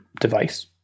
device